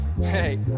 Hey